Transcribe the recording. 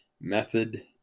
method